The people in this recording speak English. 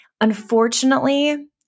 Unfortunately